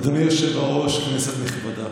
אדוני היושב בראש, כנסת נכבדה,